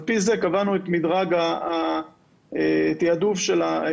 על פי זה קבענו את מדרג התיעדוף של הפיתוח.